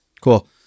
Cool